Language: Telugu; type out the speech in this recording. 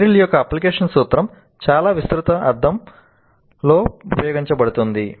మెరిల్ యొక్క అప్లికేషన్ సూత్రం చాలా విస్తృత అర్థంలో ఉపయోగించబడుతుంది